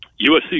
USC